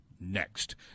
next